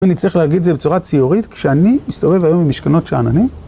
אני צריך להגיד את זה בצורה ציורית, כשאני מסתובב היום במשכנות שאננים.